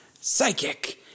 psychic